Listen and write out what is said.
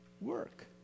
work